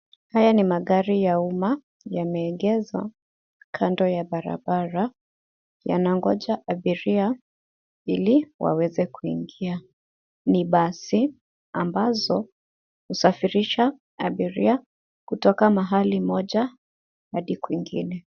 Haya ni magari ya umma , yameegeshwa kando ya barabara, yanangoja abiria ili waweze kuingia. Ni basi ambazo husafirisha abiria kutoka mahali moja hadi kwingine.